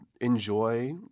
enjoy